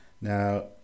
now